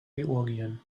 georgien